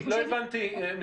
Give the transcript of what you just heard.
הבנתי,